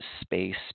space